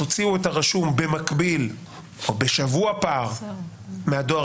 תוציאו את הרשום במקביל או בשבוע-שבועיים פער מהדואר